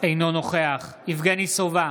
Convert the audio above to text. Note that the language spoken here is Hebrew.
אינו נוכח יבגני סובה,